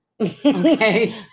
Okay